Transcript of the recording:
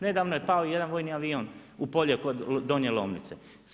Nedavno je pao jedan vojni avion u polje kod Donje Lomnice.